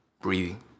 breathing